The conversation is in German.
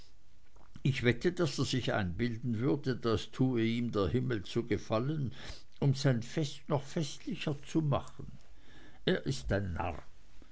ich wette daß er sich einbilden würde das tue ihm der himmel zu gefallen um sein fest noch festlicher zu machen er ist ein narr